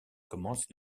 commencent